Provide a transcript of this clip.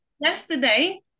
Yesterday